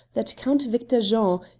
that count victor jean,